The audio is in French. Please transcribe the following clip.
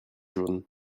jaunes